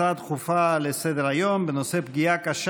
על הצעה דחופה לסדר-היום בנושא: פגיעה קשה